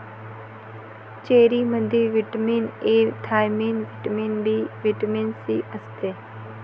चेरीमध्ये vitamin A, thiamine, vitamin B, vitamin C असते